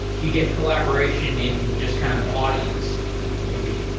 you get collaboration in just kind of the audience maybe.